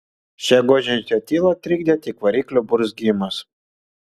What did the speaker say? šią guodžiančią tylą trikdė tik variklio burzgimas